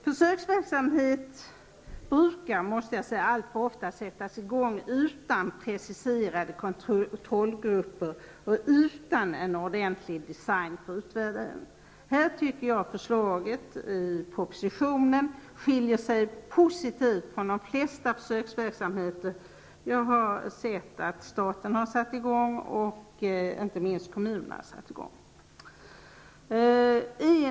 Försöksverksamhet brukar alltför ofta sättas i gång utan preciserade kontrollgrupper och utan en ordentlig design för utvärdering. Jag tycker att förslagen i propositionen i dessa avseenden skiljer sig positivt från de flesta försöksverksamheter. Jag har sett att staten och inte minst kommunerna har satt i gång försöksverksamhet.